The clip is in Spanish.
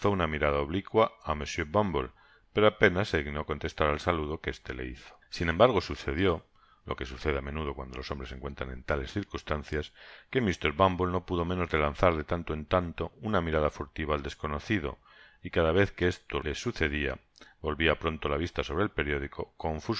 una mirada oblicua á monsieur bumble pero apenas se dignó contestar al salude que éste le hizo sin embargo sucedió lo que sucede á menudo cuando los hombres se encuentran en tales circunstancias que mr bumble no pudo menos de lanzar de tanto en tanto una mirada furtiva al desconocido y cada vez que este le sucedia volvia pronto la vista sobre el periódico